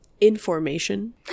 information